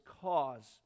cause